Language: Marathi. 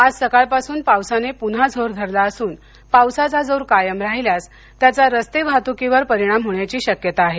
आज सकाळपासूनच पावसाने पुन्हा जोर धरला असून पावसाचा जोर कायम राहिल्यास त्याचा रस्ते वाहतुकीवर परिणाम होण्याची शक्यता आहे